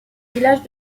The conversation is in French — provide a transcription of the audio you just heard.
villages